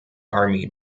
army